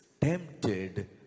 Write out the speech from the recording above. tempted